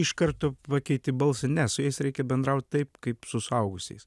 iš karto pakeiti balsą ne su jais reikia bendraut taip kaip su suaugusiais